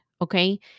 okay